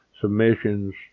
submissions